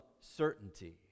certainty